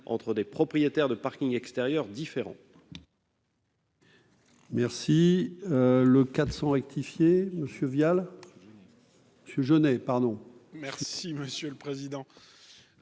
entre des propriétaires de parking extérieur différents.